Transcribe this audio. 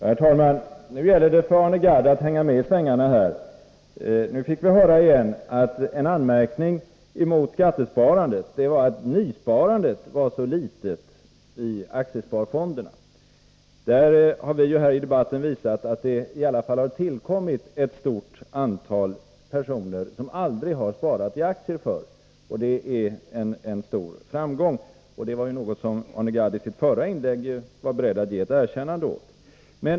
Herr talman! Nu gäller det för Arne Gadd att hänga med i svängarna. Nu fick vi höra igen att en anmärkning mot skattesparandet var att nysparandet var så litet i aktiesparfonderna. Där har vi i debatten visat att det i alla fall har tillkommit ett stort antal personer, som aldrig har sparat i aktier förut. Det är en stor framgång. Det var något som Arne Gadd i sitt förra inlägg var beredd att ge ett erkännande åt.